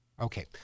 Okay